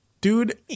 Dude